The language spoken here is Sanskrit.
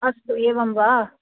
अस्तु एवं वा